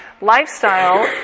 lifestyle